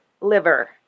liver